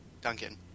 Duncan